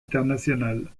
internationale